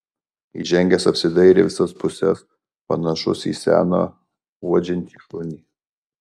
įžengęs apsidairė į visas puses panašus į seną uodžiantį šunį